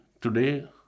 today